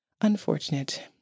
unfortunate